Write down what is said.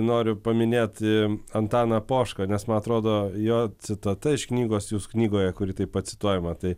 noriu paminėti antaną pošką nes man atrodo jo citata iš knygos jūsų knygoje kuri taip pat cituojama tai